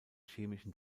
chemischen